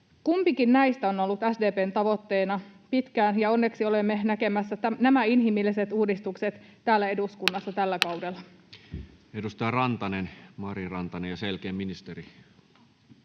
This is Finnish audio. Kumpikin näistä on ollut SDP:n tavoitteena pitkään, ja onneksi olemme näkemässä nämä inhimilliset uudistukset täällä eduskunnassa tällä kaudella. Edustaja Rantanen, Mari, ja sen jälkeen ministeri.